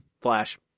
Flash